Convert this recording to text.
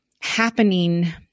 happening